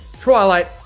Twilight